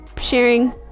sharing